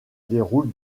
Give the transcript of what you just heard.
déroule